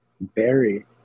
Berry